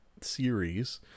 series